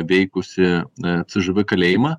veikusį na c ž v kalėjimą